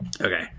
Okay